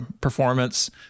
performance